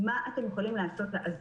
איך אתם יכולים לעזור?